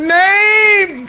name